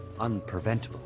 unpreventable